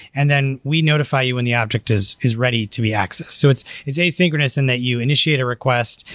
and then we notify you when the object is is ready to be accessed. so it's it's asynchronous and that you initiate a request,